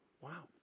Wow